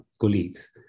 colleagues